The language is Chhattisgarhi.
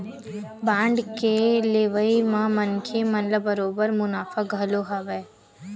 बांड के लेवई म मनखे मन ल बरोबर मुनाफा घलो हवय